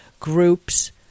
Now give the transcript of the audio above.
groups